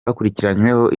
bakurikiranyweho